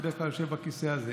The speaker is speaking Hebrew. שבדרך כלל יושב בכיסא הזה.